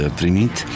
primit